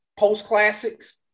Post-classics